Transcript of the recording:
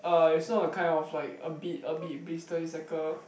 uh is not the kind of like a bit a bit blister is like a